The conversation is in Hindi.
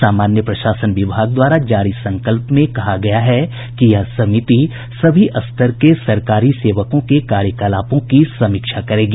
सामान्य प्रशासन विभाग द्वारा जारी संकल्प में कहा गया है कि यह समिति सभी स्तर के सरकारी सेवकों के कार्यकलापों की समीक्षा करेगी